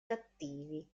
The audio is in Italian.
cattivi